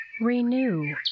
Renew